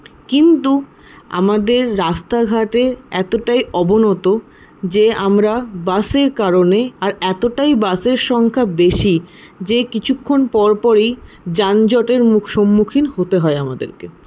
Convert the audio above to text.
কিন্তু আমাদের রাস্তাঘাটে এতটাই অবনত যে আমরা বাসের কারণে আর এতটাই বাসের সংখ্যা বেশি যে কিছুক্ষণ পরপরেই যানজটের মুখ সম্মুখীন হতে হয় আমাদেরকে